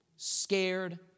scared